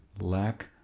lack